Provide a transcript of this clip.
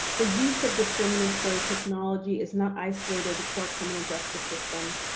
the use of discriminatory technology is not isolated to our criminal justice system.